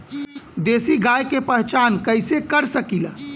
देशी गाय के पहचान कइसे कर सकीला?